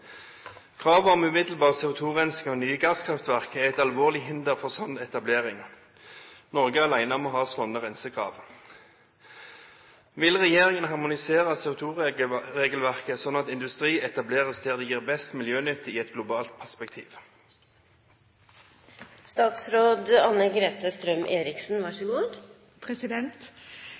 om umiddelbar CO2-rensing av nye gasskraftverk er alvorlig hinder for slike etableringer. Norge er alene om å ha slike rensekrav. Vil regjeringen harmonisere CO2-regelverket slik at industri etableres der det gir best miljønytte i et globalt